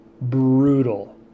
Brutal